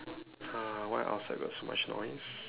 !huh! why outside got so much noise